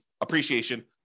appreciation